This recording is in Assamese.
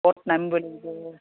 ক'ত নামিব বুলি লাগিব